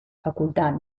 facultad